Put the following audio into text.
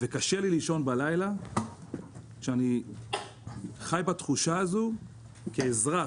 וקשה לי לישון בלילה כשאני חי בתחושה הזו כאזרח,